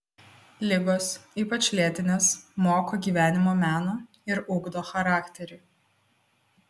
ligos ypač lėtinės moko gyvenimo meno ir ugdo charakterį